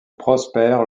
prospère